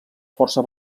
força